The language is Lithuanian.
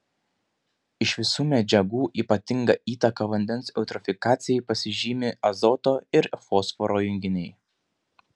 iš visų medžiagų ypatinga įtaka vandens eutrofikacijai pasižymi azoto ir fosforo junginiai